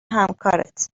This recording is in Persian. همکارت